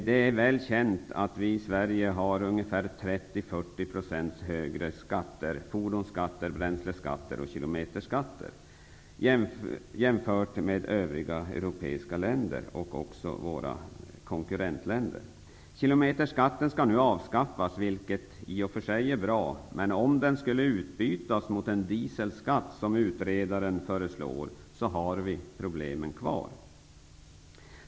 Det är väl känt att vi i Sverige har 30--40 % högre skatter -- fordonsskatt, bränsleskatt och kilometerskatt -- än övriga europeiska länder och våra konkurrentländer. Kilometerskatten skall nu avskaffas, vilket är bra, men om den skulle utbytas mot en dieselskatt, som utredaren föreslår, kvarstår problemen.